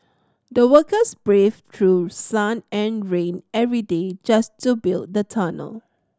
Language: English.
the workers braved through sun and rain every day just to build the tunnel